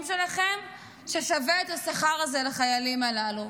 שלכם ששווה את השכר הזה לחיילים הללו.